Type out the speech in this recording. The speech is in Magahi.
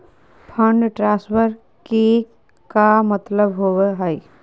फंड ट्रांसफर के का मतलब होव हई?